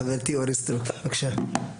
חברתי אורית סטרוק, בבקשה.